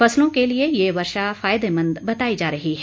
फसलों के लिए ये वर्षा फायदेमंद बताई जा रही है